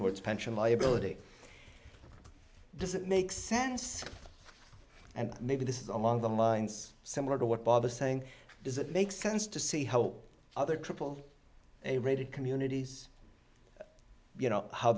towards pension liability does it make sense and maybe this is along the lines similar to what bob is saying does it make sense to see how other triple a rated communities you know how